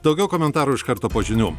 daugiau komentarų iš karto po žinių